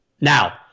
Now